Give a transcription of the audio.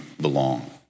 belong